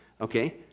Okay